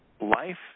Life